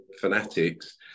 fanatics